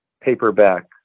paperback